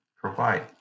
provide